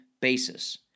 basis